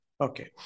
Okay